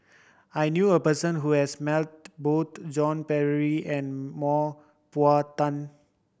I knew a person who has met both Joan Pereira and Mah Bow Tan